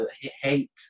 hate